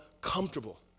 comfortable